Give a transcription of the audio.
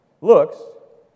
looks